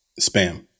spam